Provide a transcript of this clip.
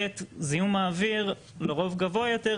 ב' זיהום האוויר הוא לרוב גבוה יותר,